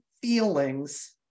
feelings